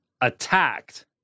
attacked